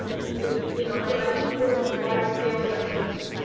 you know, driving towards large scale recognition.